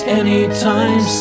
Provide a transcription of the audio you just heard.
anytime